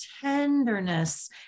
tenderness